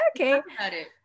okay